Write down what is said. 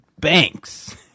banks